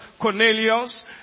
Cornelius